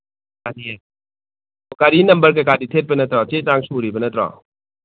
ꯒꯥꯔꯤ ꯅꯝꯕꯔ ꯀꯩꯀꯥꯗꯤ ꯊꯦꯠꯄ ꯅꯠꯇ꯭ꯔꯣ ꯆꯦ ꯆꯥꯡ ꯁꯨꯔꯤꯕ ꯅꯠꯇ꯭ꯔꯣ